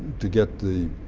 to get the